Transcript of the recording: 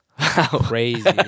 Crazy